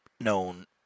known